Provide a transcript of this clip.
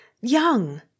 young